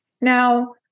Now